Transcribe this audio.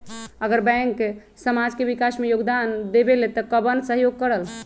अगर बैंक समाज के विकास मे योगदान देबले त कबन सहयोग करल?